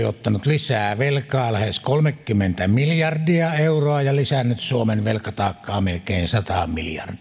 ottanut lisää velkaa lähes kolmekymmentä miljardia euroa ja lisännyt suomen velkataakkaa melkein sataan miljardiin